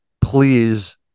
Please